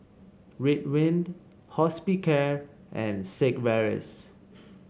Ridwind Hospicare and Sigvaris